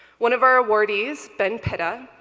one of our awardees, ben pitta,